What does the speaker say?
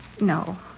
No